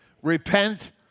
Repent